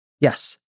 Yes